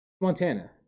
Montana